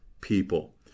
people